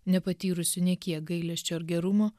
nepatyrusių nė kiek gailesčio ir gerumo